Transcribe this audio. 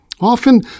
Often